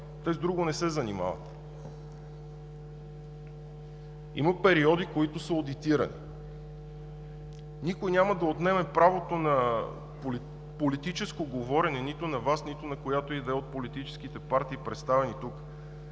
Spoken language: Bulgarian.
те с друго не се занимават?! Има периоди, които са одитирани. Никой няма да отнеме правото на политическо говорене нито на Вас, нито на която и да е от политическите партии, представени тук.